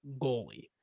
goalie